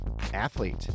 athlete